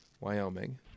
Wyoming